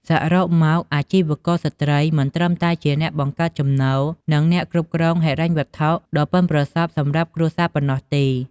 សរុបសេចក្ដីមក អាជីវករស្ត្រីមិនត្រឹមតែជាអ្នកបង្កើតចំណូល និងអ្នកគ្រប់គ្រងហិរញ្ញវត្ថុដ៏ប៉ិនប្រសប់សម្រាប់គ្រួសារប៉ុណ្ណោះទេ។